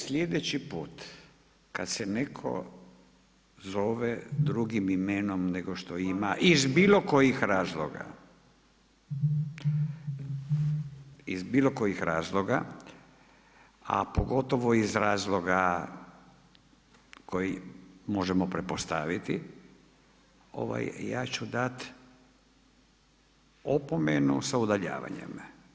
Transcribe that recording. Sljedeći put kad se netko zove drugim imenom, nego što ima, iz bilo kojih razloga, iz bilo kojih razloga, a pogotovo iz razloga, koji možemo pretpostaviti, ja ću dati opomenu sa udaljavanjem.